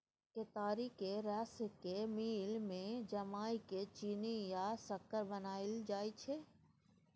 केतारीक रस केँ मिल मे जमाए केँ चीन्नी या सक्कर बनाएल जाइ छै